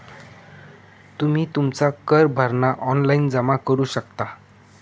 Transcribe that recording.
तुम्ही तुमचा कर भरणा ऑनलाइन जमा करू शकता